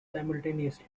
simultaneously